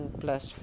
plus